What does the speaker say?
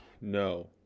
No